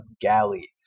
galley